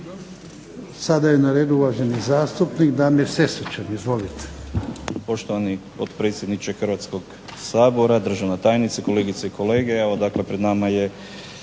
Sada je na redu uvaženi zastupnik Damir Sesvečan. Izvolite.